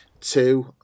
Two